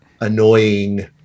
annoying